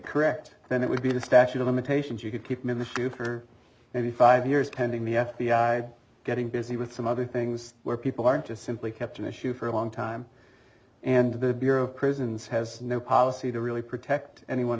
correct then it would be the statute of limitations you could keep in the future maybe five years pending the f b i getting busy with some other things where people aren't just simply kept an issue for a long time and the bureau of prisons has no policy to really protect anyone